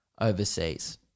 overseas